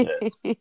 Yes